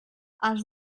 has